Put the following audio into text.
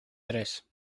tres